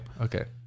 Okay